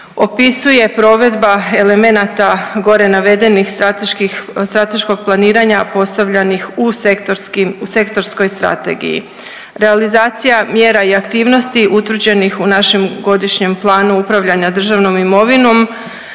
opisuje provedba elemenata gore navedenih strateških, strateškog planiranja postavljanih u sektorskim, u sektorskoj strategiji. Realizacija mjera i aktivnosti utvrđenih u našem Godišnjem planu upravljanja državnom imovinom